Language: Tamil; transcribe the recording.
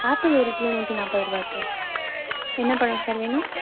ஆப்பிள் ஒரு கிலோ நூற்றி நாற்பது ரூபாய் சார் என்ன பழம் சார் வேணும்